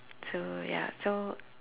so ya so